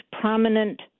prominent